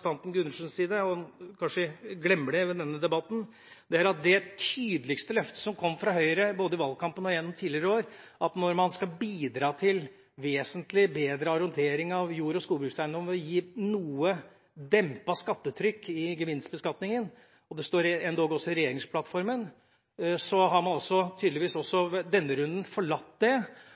som man kanskje glemmer i denne debatten, særlig fra representanten Gundersens side, er at det tydeligste løftet som kom fra Høyre både i valgkampen og gjennom tidligere år, at man skal bidra til vesentlig bedre arrondering av jord- og skogbrukseiendommer og gi noe dempet skattetrykk i gevinstbeskatninga – og det står endog også i regjeringsplattformen – har man tydeligvis også i denne runden forlatt. Det